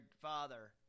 father